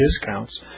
discounts